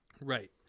Right